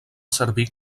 servir